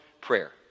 prayer